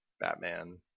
Batman